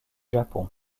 japon